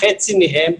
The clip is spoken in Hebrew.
וחצי מהם,